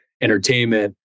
entertainment